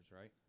right